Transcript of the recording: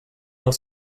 els